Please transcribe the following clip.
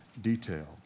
detail